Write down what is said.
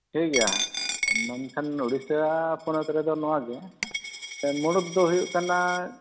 ᱴᱷᱤᱜᱮᱭᱟ ᱵᱟᱝᱠᱷᱟᱱ ᱩᱲᱤᱥᱥᱟ ᱯᱚᱱᱚᱛ ᱨᱮᱫᱚ ᱱᱚᱣᱟᱜᱮ ᱢᱩᱲᱩᱫ ᱫᱚ ᱦᱩᱭᱩᱜ ᱠᱟᱱᱟ